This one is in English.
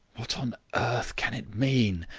what on earth can it mean?